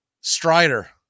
Strider